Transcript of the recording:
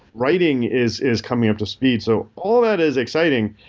writing is is coming up to speed. so all that is exciting.